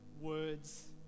Words